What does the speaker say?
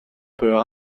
peut